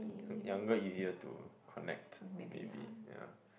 younger easier to connect maybe ya